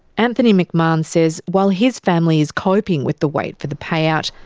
anthony mcmahon says while his family is coping with the wait for the payout,